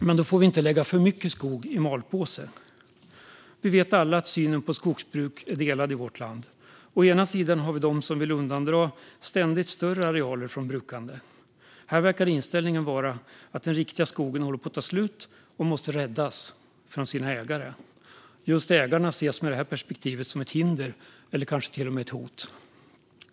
Men då får vi inte lägga för mycket skog i malpåse. Vi vet alla att synen på skogsbruk är delad i vårt land. Å ena sidan har vi dem som vill undandra ständigt större arealer från brukande. Här verkar inställningen vara att den riktiga skogen håller på att ta slut och måste räddas från sina ägare. Just ägarna ses med detta perspektiv som ett hinder eller kanske till och med ett hot.